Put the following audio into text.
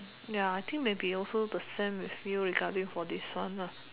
ya I think maybe also the same with you regarding for this one nah